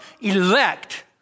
elect